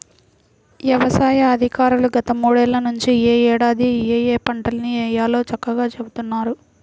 యవసాయ అధికారులు గత మూడేళ్ళ నుంచి యే ఏడాది ఏయే పంటల్ని వేయాలో చక్కంగా చెబుతున్నారు